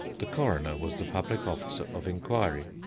the coroner was the public officer of inquiry.